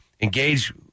engage